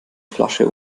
flasche